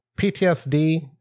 ptsd